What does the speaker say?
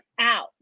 out